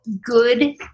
good